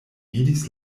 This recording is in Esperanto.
vidis